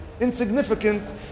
insignificant